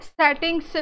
settings